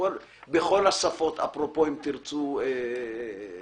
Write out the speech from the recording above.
בכל השפות אפרופו הצעת החוק,